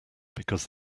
because